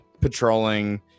patrolling